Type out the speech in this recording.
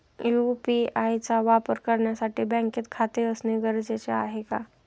UPI चा वापर करण्यासाठी बँकेत खाते असणे गरजेचे आहे का?